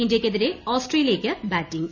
ഇന്ത്യയ്ക്കെതിരെ ഓസ്ട്രേലിയയ്ക്ക് ബാറ്റിംഗ്